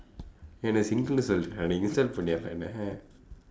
என்னே:ennee singlenu சொல்லுரியா நீ :solluriyaa nii research பண்ணியா அப்ப என்னே:panniyaa appa ennee